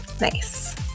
Nice